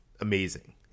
Amazing